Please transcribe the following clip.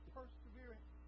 Perseverance